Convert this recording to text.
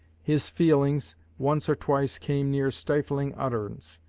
his feelings once or twice came near stifling utterance.